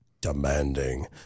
demanding